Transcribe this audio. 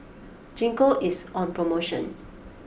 Gingko is on promotion